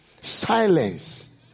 Silence